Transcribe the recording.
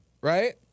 right